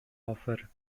offer